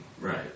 right